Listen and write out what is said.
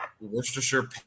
Worcestershire